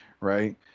right